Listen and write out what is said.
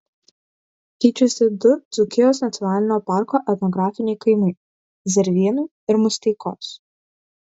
keičiasi du dzūkijos nacionalinio parko etnografiniai kaimai zervynų ir musteikos